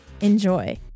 Enjoy